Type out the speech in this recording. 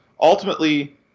ultimately